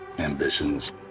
Ambitions